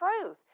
truth